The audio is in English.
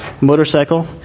motorcycle